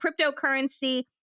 Cryptocurrency